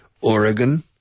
Oregon